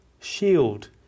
Shield